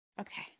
Okay